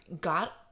got